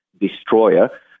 destroyer